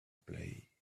play